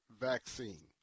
vaccine